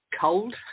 Cold